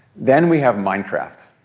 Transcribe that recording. then we have minecraft.